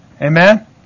Amen